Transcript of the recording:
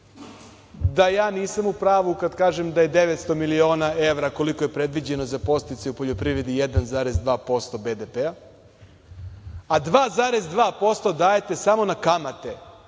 da ja nisam u pravu kada kažem da je 900 miliona evra koliko je predviđeno za podsticaje u poljoprivredi 1,2% BDP, a 2,2% dajete samo na kamate,